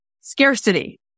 scarcity